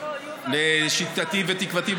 לשיטתי ותקוותי,